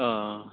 अह